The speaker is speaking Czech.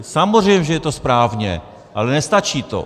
Samozřejmě že je to správně, ale nestačí to.